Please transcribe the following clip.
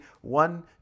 one